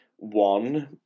one